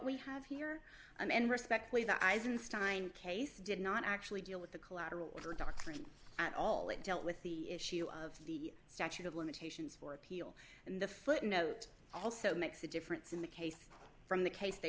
we have here and respectfully the eisenstein case did not actually deal with the collateral murder doctrine at all it dealt with the issue of the statute of limitations for appeal and the footnote also makes a difference in the case from the case they